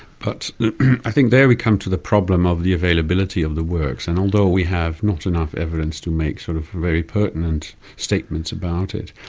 but i think there we come to the problem of the availability of the works, and although we have not enough evidence to make sort of very pertinent statements about it,